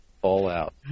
Fallout